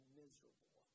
miserable